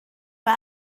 mae